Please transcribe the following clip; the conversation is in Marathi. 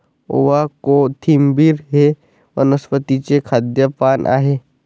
ओवा, कोथिंबिर हे वनस्पतीचे खाद्य पान आहे